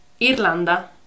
Irlanda